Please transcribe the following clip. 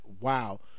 wow